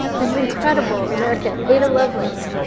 just an incredible american. ada lovelace,